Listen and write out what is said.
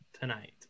tonight